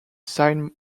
sine